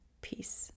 Peace